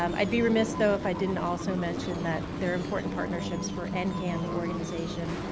um i'd be remiss though if i didn't also mention that there are important partnerships for and ncan, the organization,